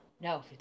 No